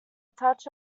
touch